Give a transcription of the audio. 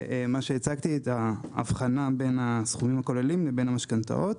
מה שהצגתי זה ההבחנה בין הסכומים הכוללים לבין המשכנתאות.